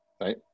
right